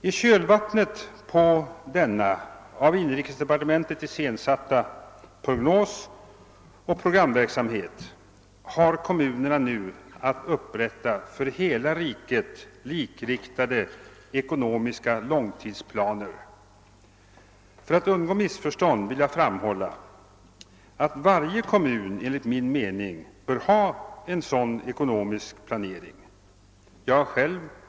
Om finansdepartementet via inrikesdepartementet skall använda dessa program för kvotering av kommunernas investeringsutrymme, måste en omfördelning ske då hinder för enskilda projekt uppkommer. Det blir ett officiellt program i kanslihuset och ett annat handlingsprogram i kommunerna.